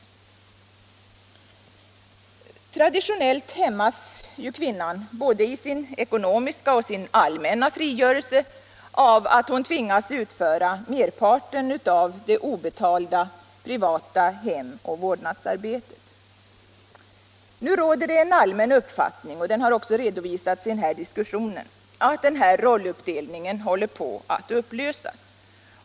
Traditionellt hämmas kvinnan både i sin ekonomiska och sin allmänna frigörelse av att hon tvingas utföra merparten av det obetalda, privata hemoch vårdnadsarbetet. Nu råder det en allmän uppfattning — den har också redovisats i den här diskussionen — att denna rolluppdelning håller på att upplösas.